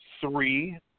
three